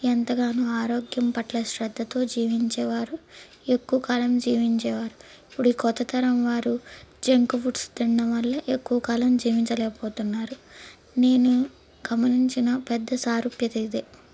ఎంతగానో ఆరోగ్యం పట్ల శ్రద్ధతో జీవించేవారు ఎక్కువకాలం జీవించేవారు ఇప్పుడు ఈ కొత్త తరంవారు జంకు ఫుడ్స్ తినడం వల్ల ఎక్కువకాలం జీవించలేకపోతున్నారు నేను గమనించిన పెద్ద సారూప్యత ఇదే